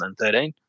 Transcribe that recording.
2013